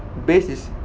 base is